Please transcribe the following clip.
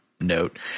note